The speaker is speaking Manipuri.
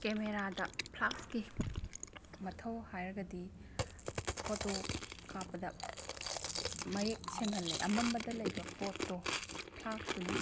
ꯀꯦꯃꯦꯔꯥꯗ ꯐ꯭ꯂꯥꯁꯀꯤ ꯃꯊꯧ ꯍꯥꯏꯔꯒꯗꯤ ꯐꯣꯇꯣ ꯀꯥꯞꯄꯗ ꯃꯌꯦꯛ ꯁꯦꯡꯍꯜꯂꯦ ꯑꯃꯝꯕꯗ ꯂꯩꯕ ꯄꯣꯠꯇꯣ ꯐ꯭ꯂꯥꯁꯇꯨꯅ